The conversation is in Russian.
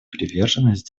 приверженность